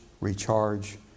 recharge